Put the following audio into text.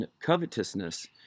covetousness